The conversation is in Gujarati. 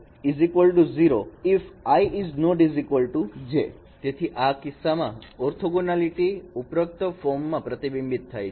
b if i≠ j તેથી આ કિસ્સામાં ઓર્થોગોનોલીટી ઉપરોક્ત ફોર્મ માં પ્રતિબિંબિત થાય છે